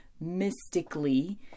mystically